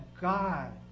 God